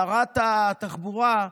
שרת התחבורה,